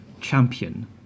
champion